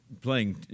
playing